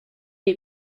est